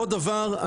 עוד דבר,